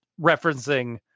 referencing